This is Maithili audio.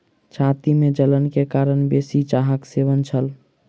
छाती में जलन के कारण बेसी चाहक सेवन छल